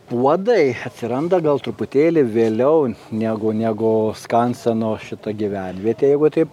puodai atsiranda gal truputėlį vėliau negu negu skanseno šita gyvenvietė jeigu taip